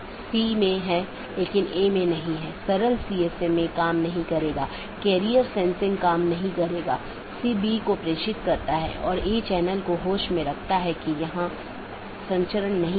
network layer की जानकारी क्या है इसमें नेटवर्क के सेट होते हैं जोकि एक टपल की लंबाई और उपसर्ग द्वारा दर्शाए जाते हैं जैसा कि 14 202 में 14 लम्बाई है और 202 उपसर्ग है और यह उदाहरण CIDR रूट है